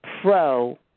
pro